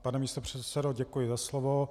Pane místopředsedo, děkuji za slovo.